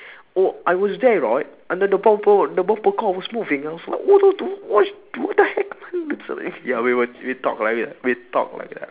oh I was there right and then the bumper the bumper car was moving I was like what are those what the the heck man it's like ya we were we talk like that we talk like that